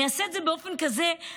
אני אעשה את זה באופן כזה ערמומי,